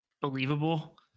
believable